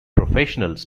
professionals